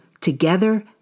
Together